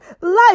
life